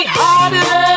harder